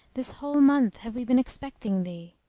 this whole month have we been expecting thee.